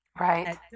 Right